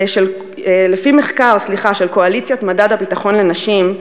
לפי מחקר של קואליציית מדד הביטחון של נשים,